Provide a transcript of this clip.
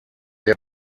der